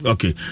Okay